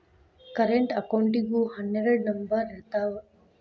current ಅಕೌಂಟಿಗೂ ಹನ್ನೆರಡ್ number ಇರ್ತಾವ